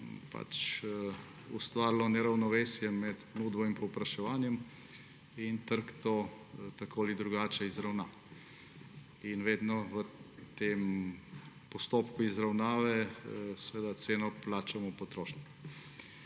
dela, ustvarilo neravnovesje med ponudbo in povpraševanjem in trg to tako ali drugače izravna. Vedno v tem postopku izravnave ceno plačamo potrošniki.